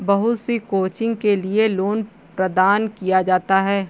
बहुत सी कोचिंग के लिये लोन प्रदान किया जाता है